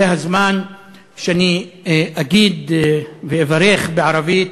זה הזמן שאני אגיד ואברך בערבית.